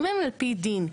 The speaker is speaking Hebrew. אם הם על פי דין,